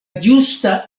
ĝusta